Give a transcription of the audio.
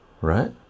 right